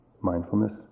mindfulness